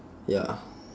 ya